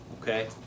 okay